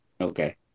Okay